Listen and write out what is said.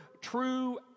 true